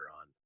on